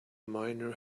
miner